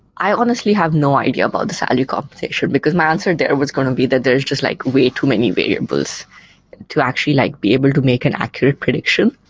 i honestly have no idea about the salary compensation, because my answer there was going to be that there're just like way too many variables to actually like be able to make an accurate prediction.